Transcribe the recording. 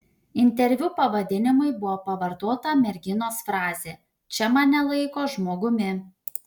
interviu pavadinimui buvo pavartota merginos frazė čia mane laiko žmogumi